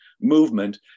movement